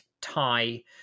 tie